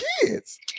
kids